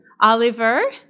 Oliver